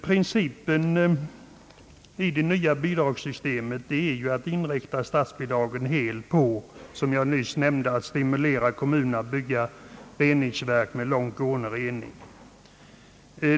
Principen i det nya statsbidragssystemet är, som jag nyss nämnde, att inrikta statsbidragen helt på att stimulera kommunerna att bygga reningsverk med långt gående rening.